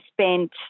spent